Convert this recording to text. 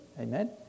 Amen